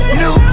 new